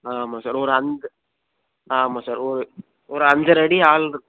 ஆ ஆமாம் சார் ஒரு அஞ்சு ஆமாம் சார் ஒரு ஒரு அஞ்சரை அடி ஆள்ருக்கு